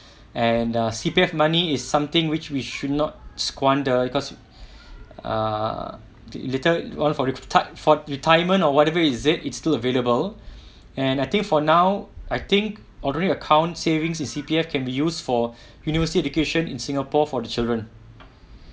and uh C_P_F money is something which we should not squander because uh later or for reti~ for retirement or whatever is it it's still available and I think for now I think ordinary account savings in C_P_F can be used for university education in singapore for the children